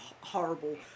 horrible